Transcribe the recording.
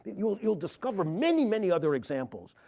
you'll you'll discover many, many other examples.